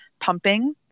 pumping